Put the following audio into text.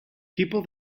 people